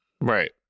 Right